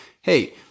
hey